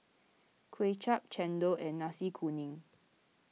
Kway Chap Chendol and Nasi Kuning